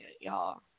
Y'all